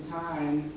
time